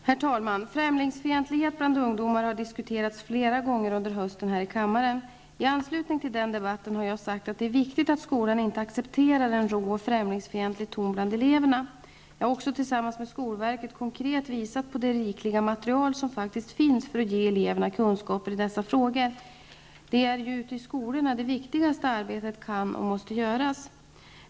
Herr talman! Främlingsfientlighet bland ungdomar har diskuterats flera gånger under hösten här i kammaren. I anslutning till den debatten har jag sagt att det är viktigt att skolan inte accepterar en rå och främlingsfientlig ton bland eleverna. Jag har också tillsammans med skolverket konkret visat på det rikliga material som faktiskt finns för att ge eleverna kunskaper i dessa frågor. Det är ju ute i skolorna det viktigaste arbetet kan och måste göras.